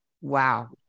Wow